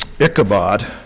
Ichabod